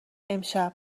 امشب